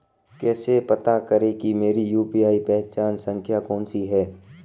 कैसे पता करें कि मेरी यू.पी.आई पहचान संख्या कौनसी है?